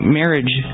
marriage